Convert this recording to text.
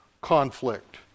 conflict